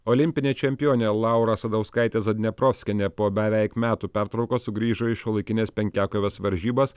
olimpinė čempionė laura asadauskaitė zadneprovskienė po beveik metų pertraukos sugrįžo į šiuolaikinės penkiakovės varžybas